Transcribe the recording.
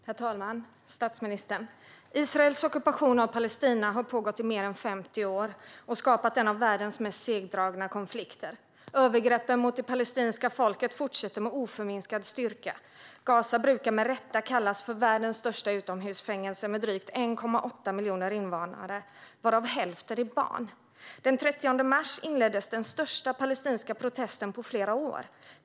Herr talman! Statsministern! Israels ockupation av Palestina har pågått i mer än 50 år och skapat en av världens mest segdragna konflikter. Övergreppen mot det palestinska folket fortsätter med oförminskad styrka. Gaza brukar med rätta kallas för världens största utomhusfängelse med drygt 1,8 miljoner invånare, varav hälften är barn. Den 30 mars inleddes den största palestinska protesten på flera år.